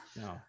no